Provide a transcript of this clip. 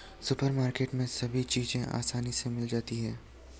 supermarket में सभी चीज़ें आसानी से मिल जाती है